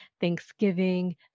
Thanksgiving